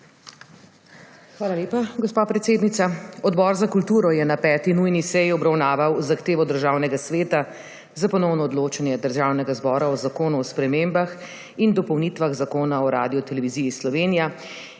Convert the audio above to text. Hvala lepa, gospa predsednica. Odbor za kulturo je na 5. nujni seji obravnaval zahtevo Državnega sveta za ponovno odločanje Državnega zbora o Zakonu o spremembah in dopolnitvah Zakona o Radioteleviziji Slovenija,